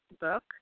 book